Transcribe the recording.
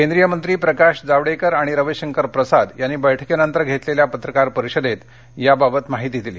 केंद्रीय मंत्री प्रकाश जावडेकर आणि रविशंकर प्रसाद यांनी या बैठकीनंतर घेतलेल्या पत्रकार परिषदेत याबाबत माहिती दिली